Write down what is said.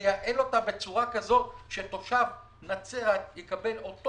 תייעל אותה בצורה כזו שתושב נצרת יקבל אותו